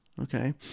Okay